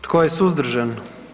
Tko je suzdržan?